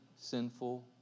sinful